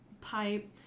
pipe